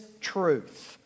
truth